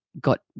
got